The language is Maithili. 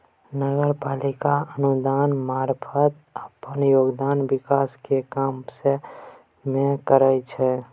नगर पालिका अनुदानक मारफत अप्पन योगदान विकास केर काम सब मे करइ छै